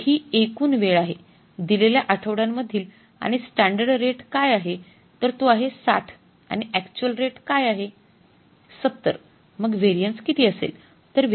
तर हि एकूण वेळ आहे दिलेल्या आठवड्यांमधील आणि स्टॅंडर्ड रेट काय आहे तर तो आहे ६० आणि अक्चुअल रेट आहे ७० मग व्हेरिएन्स किती असेल